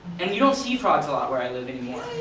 and you don't see frogs a lot where i live anymore,